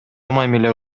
мамиле